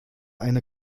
eine